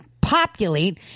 populate